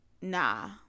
nah